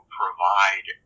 provide